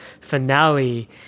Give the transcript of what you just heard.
finale